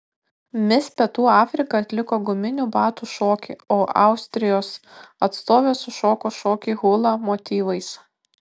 mis pietų afrika atliko guminių batų šokį o austrijos atstovė sušoko šokį hula motyvais